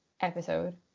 episode